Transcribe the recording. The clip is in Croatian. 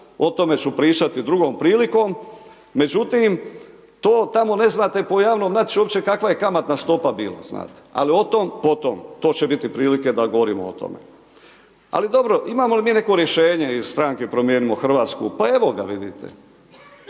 o tome ću pričati drugom prilikom. Međutim, tamo ne znate po javnom natječaju uopće kakva je kamatna stopa bila znate, ali o tom potom, to će biti prilike da govorimo o tome. Ali dobro imamo li mi neko rješenje iz Stranke Promijenimo Hrvatsku, pa evo ga vidite.